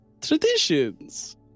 traditions